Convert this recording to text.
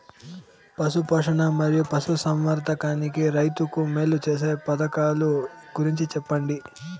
పశు పోషణ మరియు పశు సంవర్థకానికి రైతుకు మేలు సేసే పథకాలు గురించి చెప్పండి?